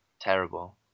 terrible